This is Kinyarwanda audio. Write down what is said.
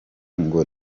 ngo